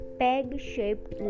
peg-shaped